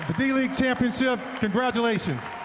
the d-league championship, congratulations.